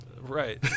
Right